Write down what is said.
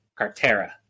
Cartera